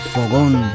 Fogón